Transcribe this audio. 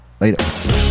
Later